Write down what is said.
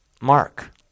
mark